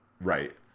right